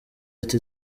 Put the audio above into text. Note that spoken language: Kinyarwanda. ati